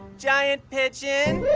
giant pigeon